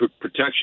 protection